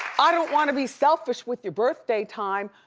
i don't wanna be selfish with you birthday time,